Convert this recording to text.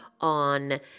on